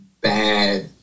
bad